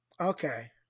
Okay